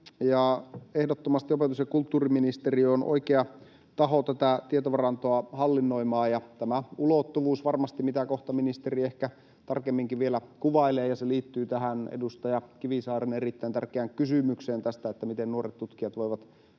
ehdottomasti opetus- ja kulttuuriministeriö on oikea taho tätä tietovarantoa hallinnoimaan. Ja varmasti tämä ulottuvuus, mitä kohta ministeri ehkä tarkemminkin vielä kuvailee ja mikä liittyy tähän edustaja Kivisaaren erittäin tärkeään kysymykseen — miten nuoret tutkijat voivat